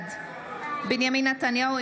בעד בנימין נתניהו,